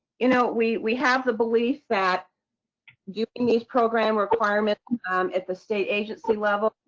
you know, we. we have the belief that you can use program requirement umm at the state agency level,